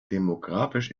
demografisch